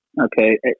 okay